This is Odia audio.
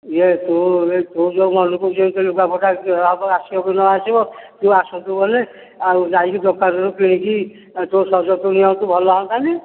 ଇଏ ତୁ ଇଏ ତୁ ଯେଉଁ ମନକୁ ଯେମିତି ଲୁଗା ପଟା ହେବ ଆସିବକି ନ ଆସିବ ତୁ ଆସନ୍ତୁ ବୋଲି ଆଉ ଯାଇକି ଦୋକାନରୁ କିଣିକି ତୋ ସଜ ତୁ ନିଅନ୍ତୁ ଭଲ ହୁଅନ୍ତାନି